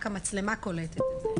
רק המצלמה קולטת את זה.